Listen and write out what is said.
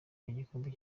mugikombe